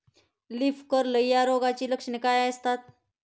Leaf curl या रोगाची लक्षणे काय असतात?